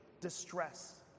distress